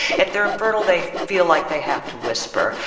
if they're infertile they feel like they have to whisper.